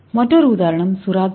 மற்றொரு உதாரணம் சுறா தோல்